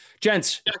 Gents